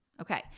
Okay